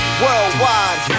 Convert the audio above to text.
worldwide